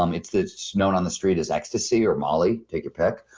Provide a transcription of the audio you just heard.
um it's it's known on the street as ecstasy or molly, take your pick